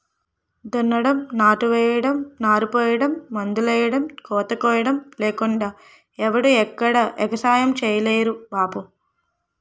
దున్నడం, నాట్లెయ్యడం, నారుపొయ్యడం, మందులెయ్యడం, కోతకొయ్యడం లేకుండా ఎవడూ ఎక్కడా ఎగసాయం సెయ్యలేరు బాబూ